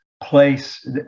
place